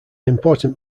important